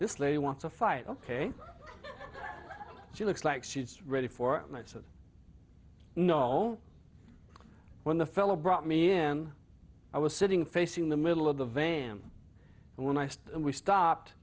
this lady wants a fight ok she looks like she's ready for it and i said no when the fellow brought me in i was sitting facing the middle of the vam and when i say we stopped